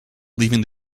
leaving